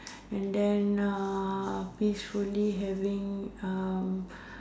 and then uh peacefully having uh